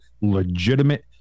legitimate